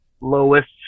lowest